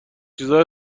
چیزا